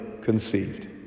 conceived